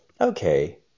Okay